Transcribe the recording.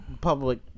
public